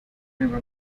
noticed